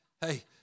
Hey